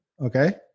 Okay